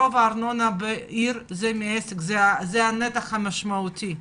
רוב הארנונה בעיר מגיעה מהם וזה הנתח המשמעותי.